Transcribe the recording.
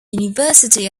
university